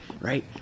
right